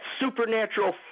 supernatural